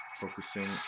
focusing